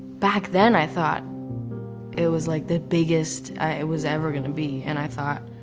back then i thought it was like, the biggest i was ever gonna be and i thought,